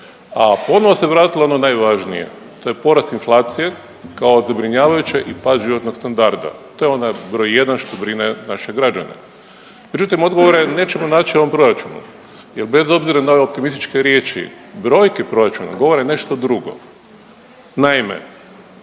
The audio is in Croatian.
a ponovo se vratilo ono najvažnije, to je porast inflacije kao zabrinjavajuće i pad životnog standarda. To je onda broj jedan što brine naše građane. Međutim, odgovore nećemo naći u ovom proračunu jer bez obzira na ove optimističke riječi brojke proračuna govore nešto drugo.